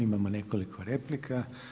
Imamo nekoliko replika.